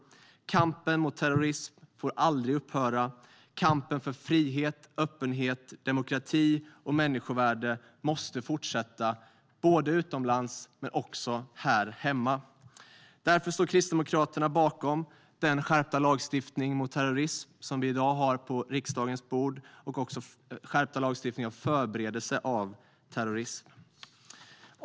Kampen mot terrorism får aldrig upphöra. Kampen för frihet, öppenhet, demokrati och människovärde måste fortsätta både utomlands och här hemma. Därför står Kristdemokraterna bakom förslaget till den skärpta lagstiftningen mot terrorism som vi i dag har på riksdagens bord och även den skärpta lagstiftningen mot förberedelse av terrorism.